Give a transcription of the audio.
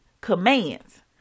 commands